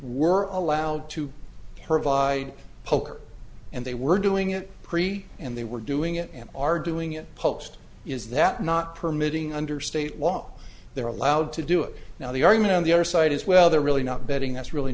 were allowed to provide poker and they were doing it pre and they were doing it and are doing it poached is that not permitting under state law they're allowed to do it now the argument on the other side is well they're really not betting that's really